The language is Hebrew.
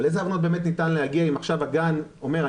אבל לאילו הבנות באמת ניתן להגיע אם עכשיו הגן אומר,